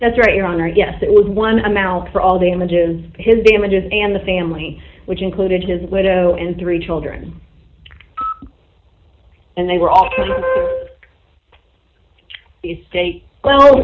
that's right your honor yes it was one amount for all damages his damages and the family which included his widow and three children and they were all the stay well